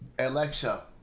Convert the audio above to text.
Alexa